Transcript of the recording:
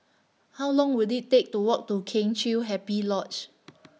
How Long Will IT Take to Walk to Kheng Chiu Happy Lodge